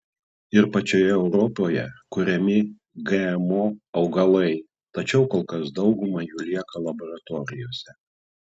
ir pačioje europoje kuriami gmo augalai tačiau kol kas dauguma jų lieka laboratorijose